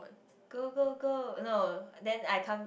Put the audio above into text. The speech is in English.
go go go no then I come